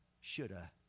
shoulda